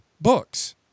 books